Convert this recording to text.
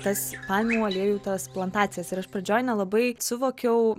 tas palmių aliejų tas plantacijas ir aš pradžioj nelabai suvokiau